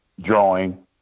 Drawing